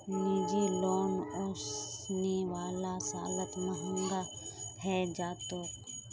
निजी लोन ओसने वाला सालत महंगा हैं जातोक